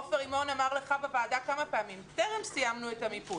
עופר רימון אמר לך בוועדה כמה פעמים: טרם סיימנו את המיפוי.